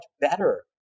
better